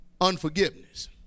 unforgiveness